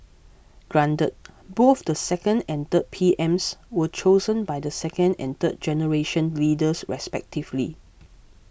granted both the second and third P M's were chosen by the second and third generation leaders respectively